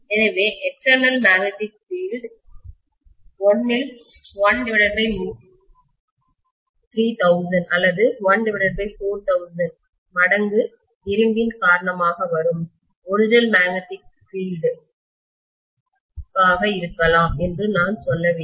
எனவே external magnetic field வெளிப்புற காந்தப்புலம் 1 3000 அல்லது 1 4000 மடங்கு இரும்பின் காரணமாக வரும் ஒரிஜினல்மேக்னெட்டிக் பீல்டு அசல் காந்தப் புலத்திலிருந்து இருக்கலாம் என்று நான் சொல்ல வேண்டும்